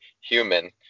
human